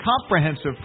comprehensive